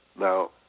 Now